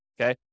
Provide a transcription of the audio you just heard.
Okay